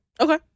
Okay